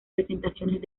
presentaciones